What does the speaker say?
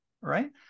right